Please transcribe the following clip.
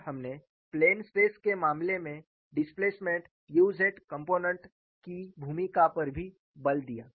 और हमने plane stress के मामले में डिस्प्लेसमेंट u z कॉम्पोनेन्ट की भूमिका पर भी बल दिया